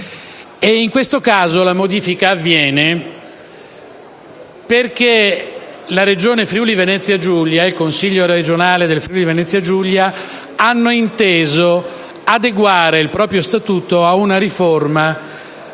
In questo caso la modifica avviene perché la Regione Friuli-Venezia Giulia e il Consiglio regionale del Friuli-Venezia Giulia hanno inteso adeguare il proprio Statuto ad una riforma